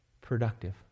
productive